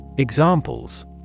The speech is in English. Examples